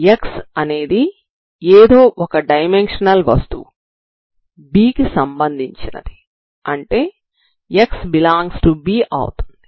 x అనేది ఏదో ఒక డైమెన్షనల్ వస్తువు B కి సంబంధించినది అంటే x∈B అవుతుంది